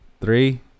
Three